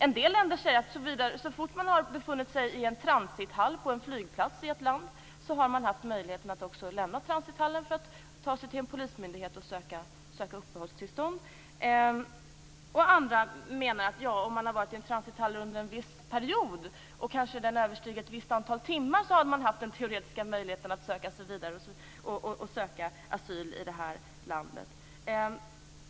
En del länder säger att så fort man har befunnit sig i en transithall på en flygplats i ett land, har man också haft möjlighet att lämna transithallen för att ta sig till en polismyndighet för att söka uppehållstillstånd. Andra menar att om man har varit i en transithall under en viss period och vistelsen överstigit ett visst antal timmar, har man haft den teoretiska möjligheten att söka asyl i landet.